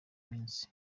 minsi